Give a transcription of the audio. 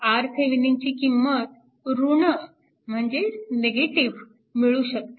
RThevenin ची किंमत ऋण म्हणजेच निगेटिव्ह मिळू शकते